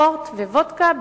פורט וודקה,